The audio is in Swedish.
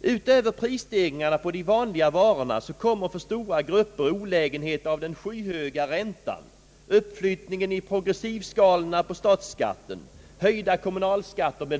Utöver prisstegringarna på de vanliga varorna kommer för stora grupper olägenheten av den skyhöga räntan, uppflyttningarna i progressivskalorna på statsskatten, höjda kommunalskatter m,.